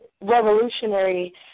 revolutionary